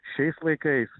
šiais laikais